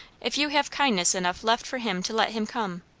if you have kindness enough left for him to let him come.